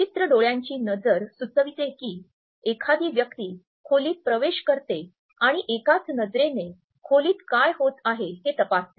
विचित्र डोळ्यांची नजर सुचविते कि एखादी व्यक्ती खोलीत प्रवेश करते आणि एकाच नजरेने खोलीत काय होत आहे हे तपासते